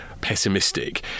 pessimistic